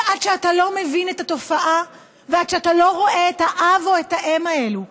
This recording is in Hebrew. שעד שאתה לא מבין את התופעה ועד שאתה לא רואה את האב או את האם האלו,